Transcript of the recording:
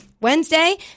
Wednesday